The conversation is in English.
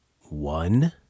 one